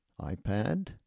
iPad